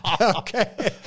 Okay